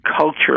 culture